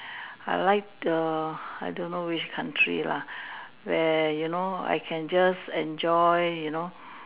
I like err I don't know which country lah where you know I can just enjoy you know